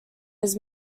his